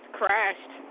crashed